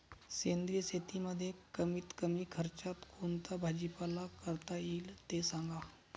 सेंद्रिय शेतीमध्ये कमीत कमी खर्चात कोणता भाजीपाला करता येईल ते सांगा